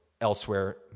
elsewhere